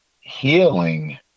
healing